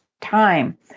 time